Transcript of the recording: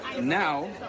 now